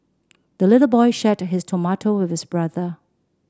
the little boy shared his tomato with his brother